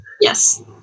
Yes